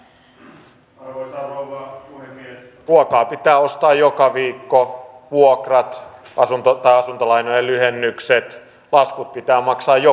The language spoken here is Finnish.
ruokaa pitää ostaa joka viikko vuokrat tai asuntolainojen lyhennykset laskut pitää maksaa joka kuukausi